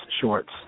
shorts